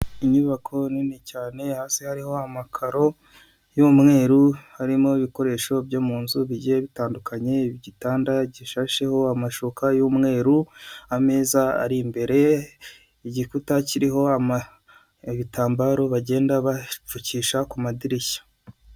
Inyubako nini cyane hasi hariho amakaro y'umweru harimo ibikoresho byo mu nzu bigiye bitandukanye , igitanda gishasheho amashuka y'umweru ameza ari imbere igikuta kiriho ibitambaro bagenda bapfukisha ku madirishya .